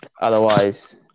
Otherwise